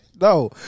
No